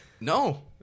No